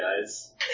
guys